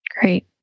Great